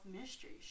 mysteries